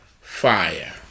fire